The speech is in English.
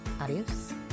Adios